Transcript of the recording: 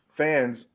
fans